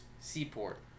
Seaport